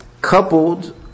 coupled